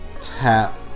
Tap